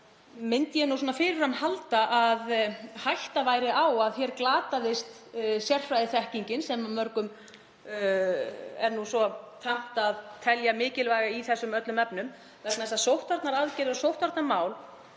myndi fyrir hann halda að hætta væri á að þá glatist sérfræðiþekking, sem mörgum er nú svo tamt að telja mikilvæga í öllum þessum efnum, vegna þess að sóttvarnaaðgerðir og sóttvarnamál